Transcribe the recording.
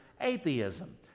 atheism